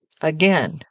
Again